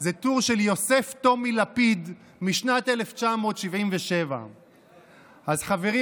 זה טור של יוסף טומי לפיד משנת 1977. אז חברים,